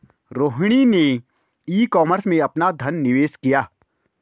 रोहिणी ने e commerce में अपना धन निवेश किया